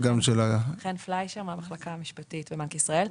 שלום, אני מהמחלקה המשפטית בבנק ישראל.